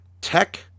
Tech